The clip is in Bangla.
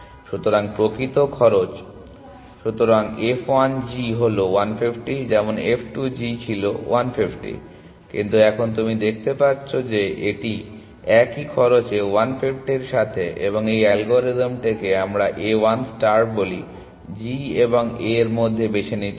সুতরাং প্রকৃত খরচ সুতরাং f 1 G হলো 150 যেমন f 2 G ছিল 150 কিন্তু এখন তুমি দেখতে পাচ্ছ যে এটি একই খরচ 150 এর সাথে এবং এই অ্যালগরিদমটিকে আমরা A 1 স্টার বলি g এবং A এর মধ্যে বেছে নিতে হবে